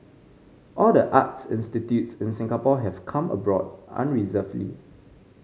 all the arts institutes in Singapore have come aboard unreservedly